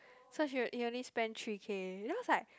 so he he only spend three K then I was like